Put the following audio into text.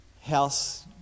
house